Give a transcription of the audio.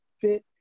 fit